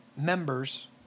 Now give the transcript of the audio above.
members